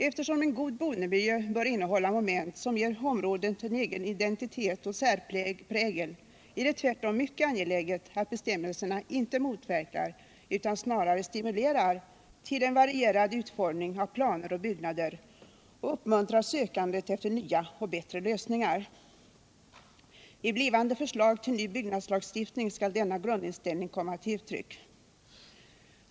Eftersom en god boendemiljö bör innehålla moment som ger området en egen identitet och särprägel, är det tvärtom mycket angeläget att bestämmelserna inte motverkar utan snarare stimulerar till en varierad utformning av planer och byggnader och uppmuntrar sökandet efter nya och bättre lösningar. I blivande förslag till ny byggnadslagstiftning skall denna grundinställning komma till uttryck.